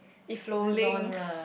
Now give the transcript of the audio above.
it flows on lah